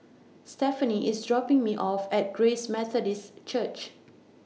Stefani IS dropping Me off At Grace Methodist Church